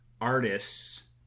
artists